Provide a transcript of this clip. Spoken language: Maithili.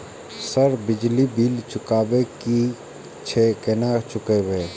सर बिजली बील चुकाबे की छे केना चुकेबे?